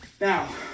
now